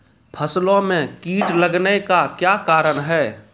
फसलो मे कीट लगने का क्या कारण है?